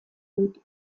dut